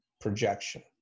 projection